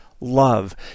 love